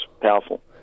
powerful